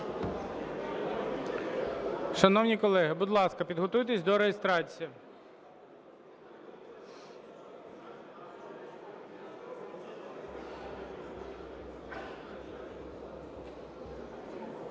Шановні колеги, будь ласка, підготуйтесь до реєстрації.